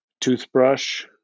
toothbrush